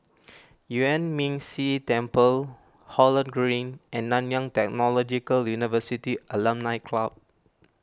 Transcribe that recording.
Yuan Ming Si Temple Holland Green and Nanyang Technological University Alumni Club